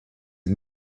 est